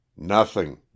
Nothing